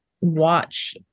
watch